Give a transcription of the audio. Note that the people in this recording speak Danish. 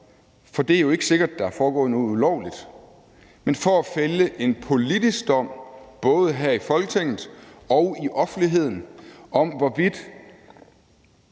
for det er jo ikke sikkert, at der har foregået noget ulovligt, men for at fælde en politisk dom, både her i Folketinget og i offentligheden, om, hvorvidt